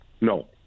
no